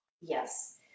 Yes